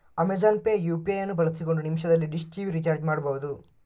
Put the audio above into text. Amazon pay UPI ಅನ್ನು ಬಳಸಿಕೊಂಡು ನಿಮಿಷದಲ್ಲಿ ಡಿಶ್ ಟಿವಿ ರಿಚಾರ್ಜ್ ಮಾಡ್ಬಹುದು